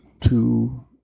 two